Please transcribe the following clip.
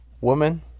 Woman